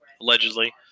allegedly